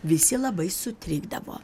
visi labai sutrikdavo